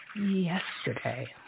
yesterday